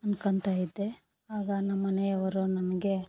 ಅನ್ಕೊಂತಾಯಿದ್ದೆ ಆಗ ನಮ್ಮಮನೆಯವರು ನನಗೆ